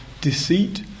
deceit